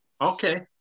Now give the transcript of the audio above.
okay